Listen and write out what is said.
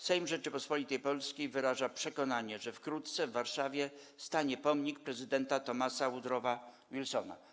Sejm Rzeczypospolitej Polskiej wyraża przekonanie, że wkrótce w Warszawie stanie pomnik prezydenta Thomasa Woodrowa Wilsona”